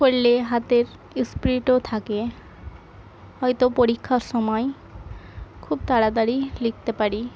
করলে হাতের স্পিডও থাকে হয়তো পরীক্ষার সময় খুব তাড়াতাড়ি লিখতে পারি